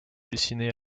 dessiné